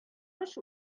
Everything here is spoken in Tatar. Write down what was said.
кош